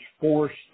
forced